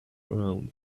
around